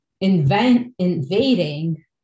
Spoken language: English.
invading